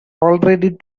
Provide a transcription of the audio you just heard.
already